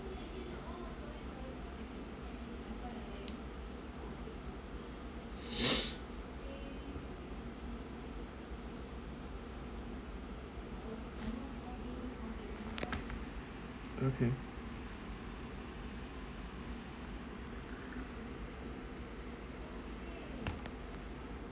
okay